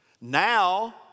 Now